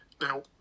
Now